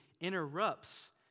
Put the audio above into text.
interrupts